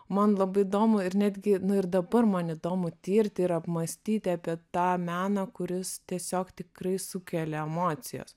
man labai įdomu ir netgi nu ir dabar man įdomu tirt ir apmąstyti apie tą meną kuris tiesiog tikrai sukelia emocijas